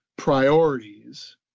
priorities